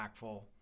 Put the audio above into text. impactful